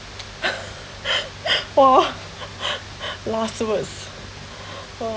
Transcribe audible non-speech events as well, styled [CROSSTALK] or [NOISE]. [LAUGHS] [BREATH] for [BREATH] lost words [BREATH] for